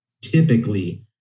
typically